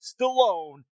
Stallone